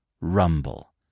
rumble